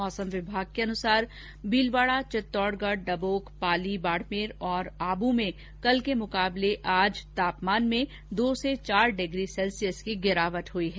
मौसम विभाग के अनुसार भीलवाड़ा चित्तौडगढ डबोक पाली बाड़मेर और आबू में कल के मुकाबले आज तापमान में दो से चार डिग्री सैल्सियस की गिरावट हुई है